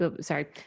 sorry